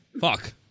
Fuck